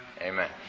Amen